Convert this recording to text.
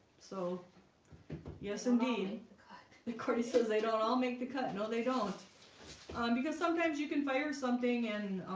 so yes indeed kourtney says they don't all make the cut. no, they don't because sometimes you can fire something and